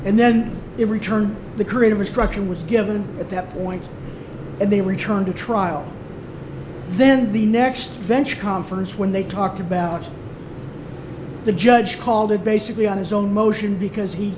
and then in return the creative destruction was given at that point and they returned to trial then the next bench conference when they talked about the judge called it basically on his own motion because he